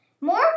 More